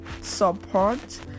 support